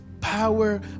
power